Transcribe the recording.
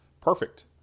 perfect